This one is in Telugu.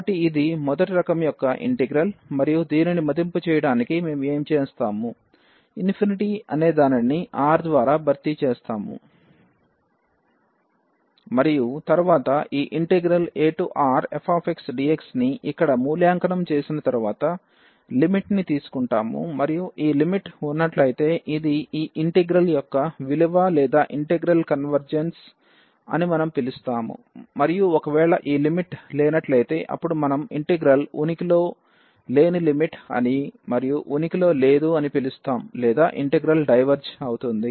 కాబట్టి ఇది మొదటి రకం యొక్క ఇంటిగ్రల్ మరియు దీనిని మదింపు చేయడానికి మేము ఏమి చేస్తాము∞ అనే దానిని R ద్వారా భర్తీ చేస్తాము మరియు తరువాత ఈ ఇంటిగ్రల్aRfxdx ని ఇక్కడ మూల్యాంకనం చేసిన తరువాత లిమిట్ని తీసుకుంటాము మరియు ఈ లిమిట్ ఉన్నట్లయితే ఇది ఈ ఇంటిగ్రల్యొక్క విలువ లేదా ఇంటిగ్రల్ కన్వెర్జెస్ అని మనం పిలుస్తాం మరియు ఒకవేళ ఈ లిమిట్ లేనట్లయితే అప్పుడు మనం ఇంటిగ్రల్ ఉనికిలో లేని లిమిట్ అని మరియు ఉనికిలో లేదు అని పిలుస్తాం లేదా ఇంటిగ్రల్ డైవర్జ్ అవుతుంది